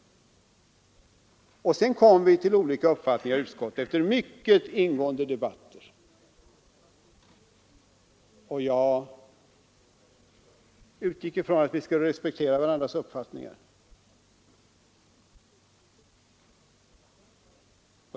Sedan kom vi efter mycket ingående debatter i utskottet till olika uppfattningar. Jag utgick ifrån att vi skulle respektera varandras uppfattningar.